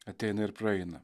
ateina ir praeina